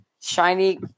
Shiny